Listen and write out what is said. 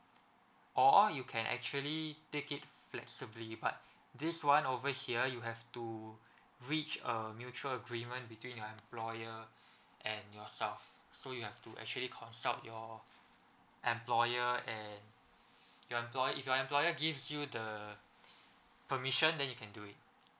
or you can actually take it flexibly but this one over here you have to reach a mutual agreement between your employer and yourself so you have to actually consult your employer and your employer if your employer gives you the permission then you can do it